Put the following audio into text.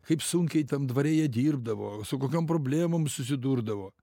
kaip sunkiai tam dvare jie dirbdavo su kokiom problemom susidurdavo